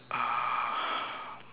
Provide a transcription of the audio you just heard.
um